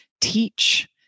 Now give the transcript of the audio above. teach